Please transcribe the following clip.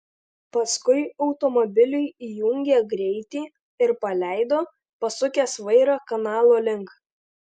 paskui automobiliui įjungė greitį ir paleido pasukęs vairą kanalo link